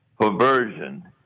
perversion